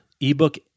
ebook